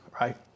right